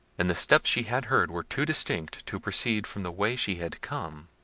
and the steps she had heard were too distinct to proceed from the way she had come.